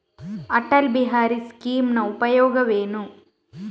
ಅಟಲ್ ಬಿಹಾರಿ ಸ್ಕೀಮಿನ ಉಪಯೋಗವೇನು?